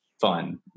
fun